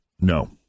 No